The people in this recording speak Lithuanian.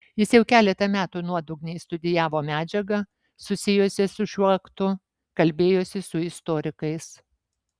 jis jau keletą metų nuodugniai studijavo medžiagą susijusią su šiuo aktu kalbėjosi su istorikais